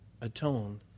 atone